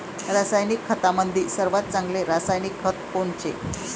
रासायनिक खतामंदी सर्वात चांगले रासायनिक खत कोनचे?